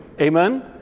Amen